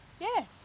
yes